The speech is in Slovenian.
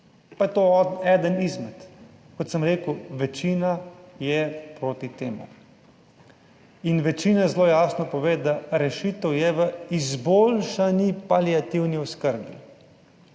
pa je to eden izmed. Kot sem rekel, večina je proti temu in večina zelo jasno pove, da rešitev je v izboljšani paliativni oskrbi.